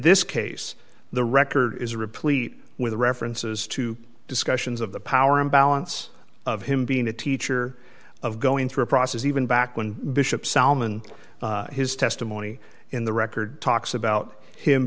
this case the record is replete with references to discussions of the power imbalance of him being a teacher of going through a process even back when bishop solomon his testimony in the record talks about